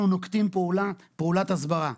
אנחנו נוקטים פעולת הסברה.